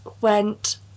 went